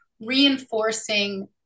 reinforcing